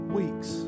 weeks